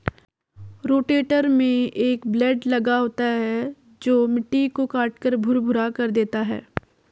rotator में एक blade लगा होता है जो मिट्टी को काटकर भुरभुरा कर देता है